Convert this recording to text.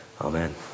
Amen